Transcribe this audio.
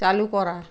চালু করা